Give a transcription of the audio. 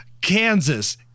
Kansas